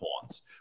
pawns